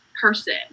person